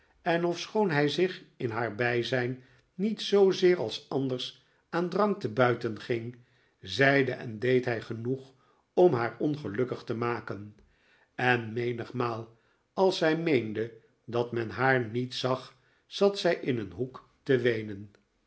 en ofschoon hij zich in haar bijzijn niet zoozeer als anders aan drank te buiten ging zeide en deed hi genoeg om haar ongelukkig te maken en menigmaal als zij meende dat men haar niet zag zat zij in een hoek te weenen